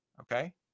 okay